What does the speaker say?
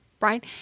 right